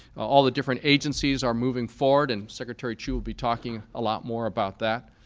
all the different agencies are moving forward and secretary chu will be talking a lot more about that.